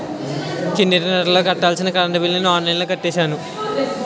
కిందటి నెల కట్టాల్సిన కరెంట్ బిల్లుని ఆన్లైన్లో కట్టేశాను